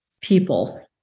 people